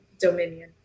Dominion